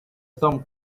storm